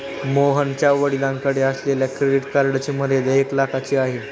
मोहनच्या वडिलांकडे असलेल्या क्रेडिट कार्डची मर्यादा एक लाखाची आहे